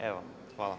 Evo hvala.